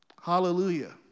hallelujah